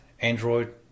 Android